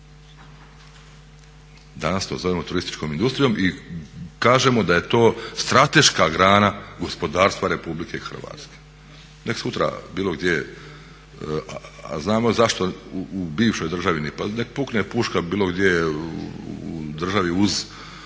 Danas to zovemo turističkom industrijom i kažemo da je to strateška grana gospodarstva RH. Nek' sutra bilo gdje, a znamo zašto u bivšoj državi, pa nek' pukne puška bilo gdje u državi uz Hrvatsku,